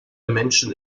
menschen